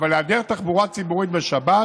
אבל היעדר תחבורה ציבורית בשבת